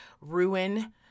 ruin